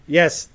yes